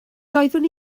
doeddwn